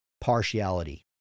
partiality